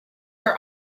are